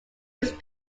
was